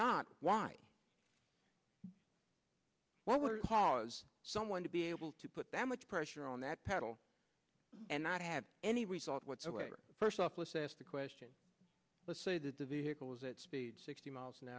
not why what would cause someone to be able to put that much pressure on that pedal and not have any result whatsoever first off let's ask the question let's say that the vehicle is at speeds sixty miles an